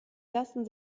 lassen